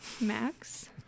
max